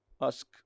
ask